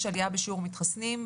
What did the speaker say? יש עלייה בשיעור מתחסנים,